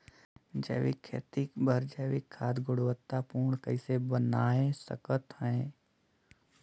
जैविक खेती बर जैविक खाद गुणवत्ता पूर्ण कइसे बनाय सकत हैं?